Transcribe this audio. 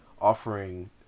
offering